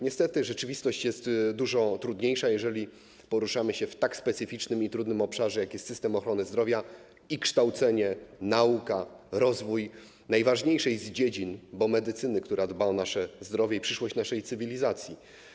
Niestety rzeczywistość jest dużo trudniejsza, jeżeli poruszamy się w tak specyficznym i trudnym obszarze, jakim jest system ochrony zdrowia i kształcenie, nauka w tymże obszarze, rozwój najważniejszej z dziedzin, bo medycyny, która zajmuje się dbaniem o nasze zdrowie i przyszłością naszej cywilizacji.